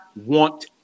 want